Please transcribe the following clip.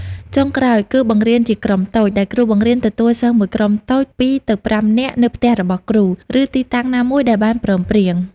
ចុងក្រោយ គឺបង្រៀនជាក្រុមតូច ដែលគ្រូបង្រៀនទទួលសិស្សមួយក្រុមតូច ២ទៅ៥ នាក់ នៅផ្ទះរបស់គ្រូ ឬទីតាំងណាមួយដែលបានព្រមព្រៀង។